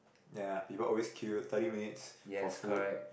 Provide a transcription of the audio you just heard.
ya people always queue thirty minutes for food